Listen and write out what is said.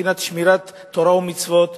מבחינת שמירת תורה ומצוות,